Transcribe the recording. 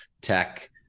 Tech